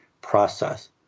process